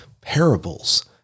parables